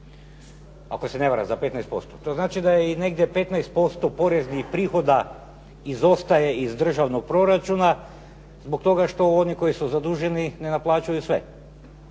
Ako se ne varam za 15%. To znači da je i negdje 15% poreznih prihoda izostaje iz državnog proračuna zbog toga što oni koji su zaduženi ne naplaćuju sve.